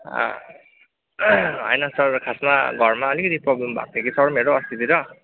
होइन सर खासमा घरमा अलिकति प्रोब्लम भएको थियो कि सर मेरो अस्तितिर